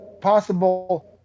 possible